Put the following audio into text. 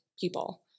people